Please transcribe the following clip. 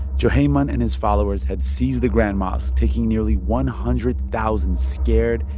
juhayman and his followers had seized the grand mosque, taking nearly one hundred thousand scared,